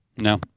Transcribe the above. No